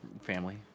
Family